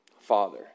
Father